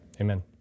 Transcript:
amen